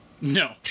No